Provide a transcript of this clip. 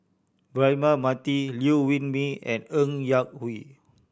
Braema Mathi Liew Wee Mee and Ng Yak Whee